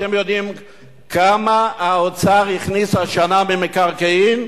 אתם יודעים כמה האוצר הכניס השנה במקרקעין?